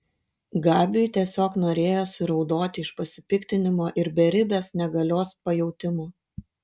gabiui tiesiog norėjosi raudoti iš pasipiktinimo ir beribės negalios pajautimo